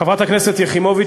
חברת הכנסת יחימוביץ,